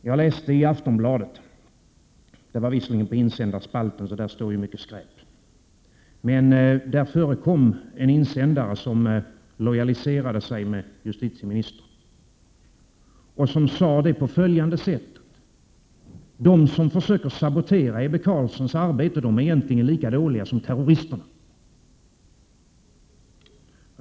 Jag läste en insändare i Aftonbladet — på insändarsidan står ju mycket skräp — som lojaliserade sig med justitieministern och som gjorde det på följande sätt: De som försöker sabotera Ebbe Carlssons arbete är egentligen lika dåliga som terroristerna.